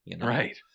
Right